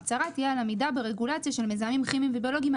ההצהרה תהיה על עמידה ברגולציה ישראלית של מזהמים כימיים וביולוגיים.